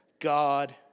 God